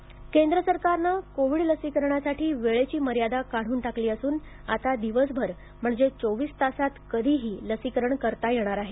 लसीकरण परवानगी केंद्र सरकारनं कोविड लसीकरणासाठी वेळेची मर्यादा काढून टाकली असून आता दिवसभर म्हणजे चोवीस तासात कधीही लसीकरण करता येणार आहे